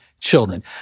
children